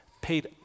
Paid